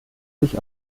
sich